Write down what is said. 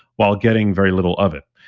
while getting very little of it.